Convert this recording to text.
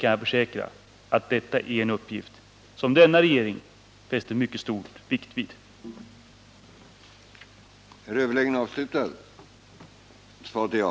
Jag kan försäkra Hans Alsén om att det här är en uppgift som denna regering fäster mycket stor vikt vid.